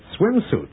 swimsuit